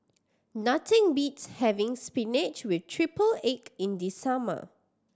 nothing beats having spinach with triple egg in the summer